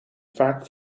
vaak